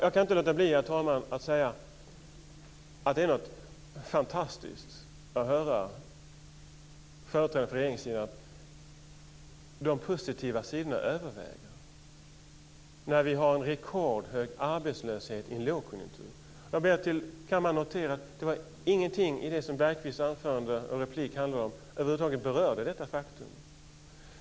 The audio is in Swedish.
Jag kan inte låta bli, herr talman, att säga att det är något fantastiskt att höra företrädare för regeringssidan säga att de positiva sidorna överväger, när vi har en rekordhög arbetslöshet i en lågkonjunktur. Jag vill för kammaren notera att Jan Bergqvist i sitt anförande och replik över huvud taget inte berörde detta faktum.